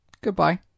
Goodbye